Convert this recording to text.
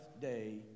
day